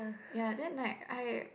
ya then like I